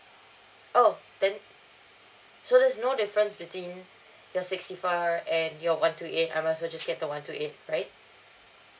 oh then so there's no difference between your sixty four and your one two eight I might as well just get the one two eight right